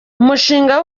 umushinga